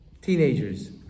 Teenagers